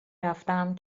رفتم